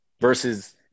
versus